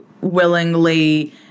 willingly